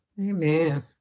Amen